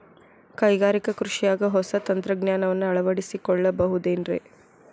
ಕೈಗಾರಿಕಾ ಕೃಷಿಯಾಗ ಹೊಸ ತಂತ್ರಜ್ಞಾನವನ್ನ ಅಳವಡಿಸಿಕೊಳ್ಳಬಹುದೇನ್ರೇ?